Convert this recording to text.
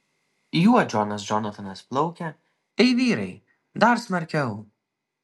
juo džonas džonatanas plaukia ei vyrai dar smarkiau